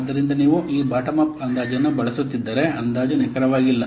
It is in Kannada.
ಆದ್ದರಿಂದ ನೀವು ಈ ಬಾಟಮ್ ಅಪ್ ಅಂದಾಜನ್ನು ಬಳಸುತ್ತಿದ್ದರೆ ಅಂದಾಜು ನಿಖರವಾಗಿಲ್ಲ